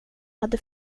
hade